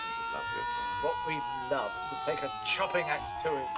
you love your king. what we'd love is to take a chopping ax to